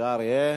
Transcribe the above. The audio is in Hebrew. בבקשה, אריה.